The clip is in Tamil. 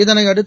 இதையடுத்து